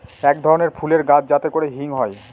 এক ধরনের ফুলের গাছ যাতে করে হিং হয়